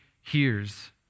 hears